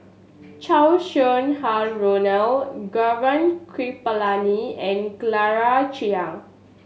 Chow Sau Hai Roland Gaurav Kripalani and Claire Chiang